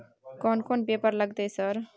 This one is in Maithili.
कोन कौन पेपर लगतै सर?